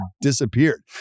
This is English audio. disappeared